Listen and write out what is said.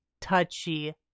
touchy